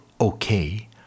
okay